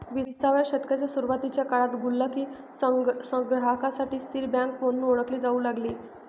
विसाव्या शतकाच्या सुरुवातीच्या काळात गुल्लक ही संग्राहकांसाठी स्थिर बँक म्हणून ओळखली जाऊ लागली